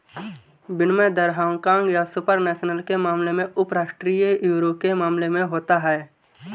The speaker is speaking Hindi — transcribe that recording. विनिमय दर हांगकांग या सुपर नेशनल के मामले में उपराष्ट्रीय यूरो के मामले में होता है